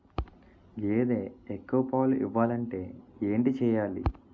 గేదె ఎక్కువ పాలు ఇవ్వాలంటే ఏంటి చెయాలి?